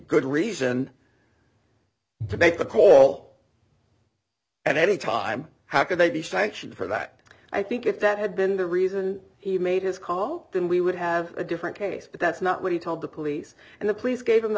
good reason to make a call at any time how could they be sanctioned for that i think if that had been the reason he made his call then we would have a different case but that's not what he told the police and the police gave him the